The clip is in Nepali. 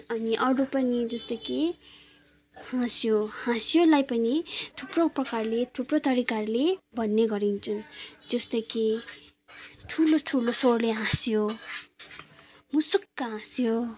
अनि अरू पनि जस्तै कि हाँस्यो हाँस्योलाई पनि थुप्रो प्रकारले थुप्रो तरिकाले भन्ने गरिन्छन् जस्तै कि ठुलो ठुलो स्वरले हाँस्यो मुसुक्क हाँस्यो